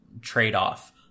trade-off